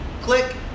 click